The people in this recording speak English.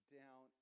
down